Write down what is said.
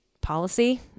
policy